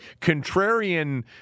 contrarian